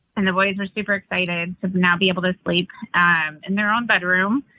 and the boys were super excited to now be able to sleep in their own bedroom,